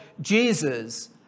Jesus